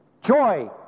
Joy